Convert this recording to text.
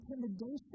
intimidation